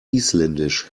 isländisch